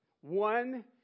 One